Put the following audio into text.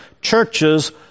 churches